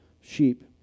sheep